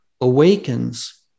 awakens